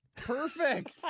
Perfect